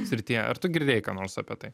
srityje ar tu girdėjai ką nors apie tai